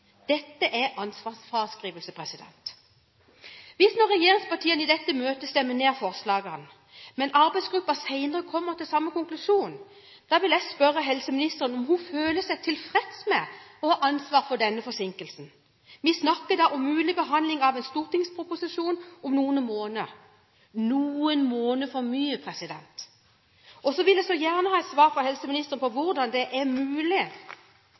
Dette er ansvarsfraskrivelse. Hvis nå regjeringspartiene i dette møtet stemmer ned forslagene, men arbeidsgruppen senere kommer til samme konklusjon, vil jeg spørre helseministeren om hun føler seg tilfreds med å ha ansvar for denne forsinkelsen. Vi snakker da om mulig behandling av en stortingsproposisjon om noen måneder – noen måneder for mye. Så vil jeg gjerne ha et svar fra helseministeren på hvordan det er mulig